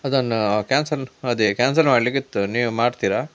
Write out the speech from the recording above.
ಅದನ್ನು ಕ್ಯಾನ್ಸಲ್ ಅದೇ ಕ್ಯಾನ್ಸಲ್ ಮಾಡಲಿಕ್ಕಿತ್ತು ನೀವು ಮಾಡ್ತೀರಾ